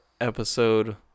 episode